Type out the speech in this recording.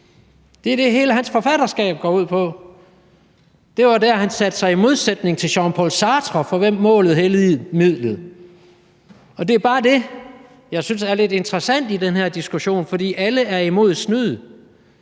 det er det, hele hans forfatterskab går ud på. Det var der, han stillede sig i et modsætningsforhold til Jean-Paul Sartre, for hvem målet helligede midlet. Det er bare det, jeg synes er lidt interessant i den her diskussion, for alle er imod snyd,